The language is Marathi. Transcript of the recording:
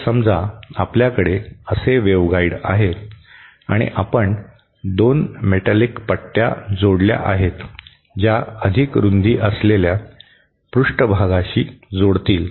तर समजा आपल्याकडे असे वेव्हगाइड आहे आणि आपण 2 मेटलिक पट्ट्या जोडल्या आहेत ज्या अधिक रुंदी असलेल्या पृष्ठभागाशी जोडतील